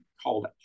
called